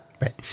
Right